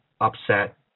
upset